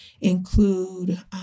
include